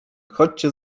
chodźcie